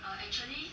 !hais!